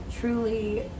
Truly